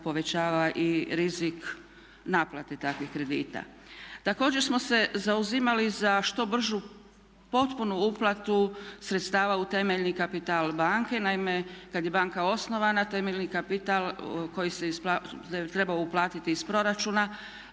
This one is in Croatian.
povećava i rizik naplate takvih kredita. Također smo se zauzimali za što bržu potpunu uplatu sredstava u temeljni kapital banke, naime kad je banka osnovana temeljni kapital koji se je trebao uplatiti iz proračuna